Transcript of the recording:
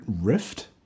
Rift